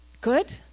Good